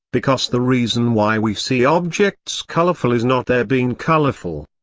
because the reason why we see objects colorful is not their being colorful.